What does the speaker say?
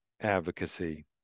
advocacy